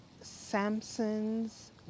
Samson's